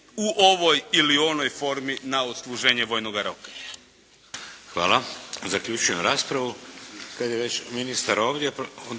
u ovoj ili onoj formi na odsluženje vojnoga roka.